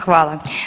Hvala.